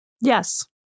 Yes